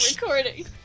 recording